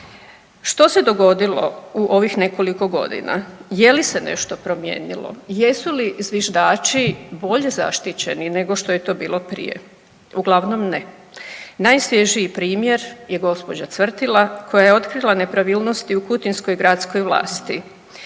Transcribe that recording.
Što se dogodilo u ovih nekoliko godina, je li se nešto promijenilo, jesu li zviždači bolje zaštićeni nego što je to bilo prije? Uglavnom ne. Najsvježiji primjer je gđa. Cvrtila koja je otkrila nepravilnosti u kutinskoj gradskoj vlasti